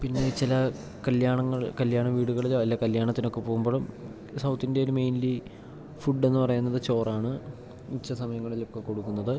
പിന്നെ ചില കല്ല്യാണങ്ങള് കല്ല്യാണ വീട്കളിലോ അല്ലേൽ കല്യാണത്തിനൊക്കെ പോകുമ്പോൾ സൗത്തിന്ത്യേല് മെയ്ൻലി ഫുഡെന്ന് പറയുന്നത് ചോറാണ് ഉച്ച സമയങ്ങളിൽ ഒക്കെ കൊടുക്കുന്നത്